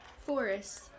Forest